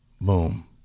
Boom